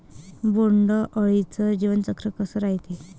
बोंड अळीचं जीवनचक्र कस रायते?